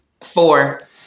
Four